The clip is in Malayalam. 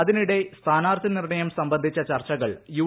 അതിനിടെ സ്ഥാനാർത്ഥീ നിർണയം സംബന്ധിച്ച ചർച്ചകൾ യു